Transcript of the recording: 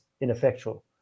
ineffectual